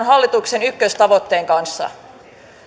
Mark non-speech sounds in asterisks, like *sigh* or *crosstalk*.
*unintelligible* hallituksen ykköstavoitteen kanssa